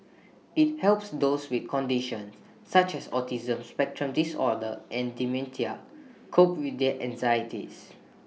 IT helps those with conditions such as autism spectrum disorder and dementia cope with their anxieties